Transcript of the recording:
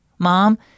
Mom